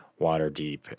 Waterdeep